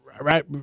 right